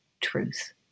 truth